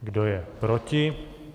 Kdo je proti?